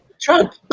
Trump